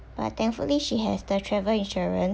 but thankfully she has the travel insurance